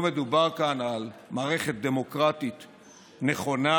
לא מדובר כאן על מערכת דמוקרטית נכונה,